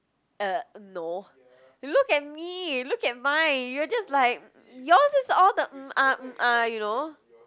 uh no look at me look at mine you are just like yours is all the mm ah mm ah you know